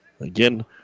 Again